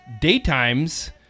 daytimes